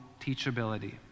teachability